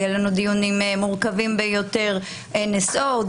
היו לנו דיונים מורכבים ביותר על NSO ועוד